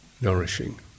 nourishing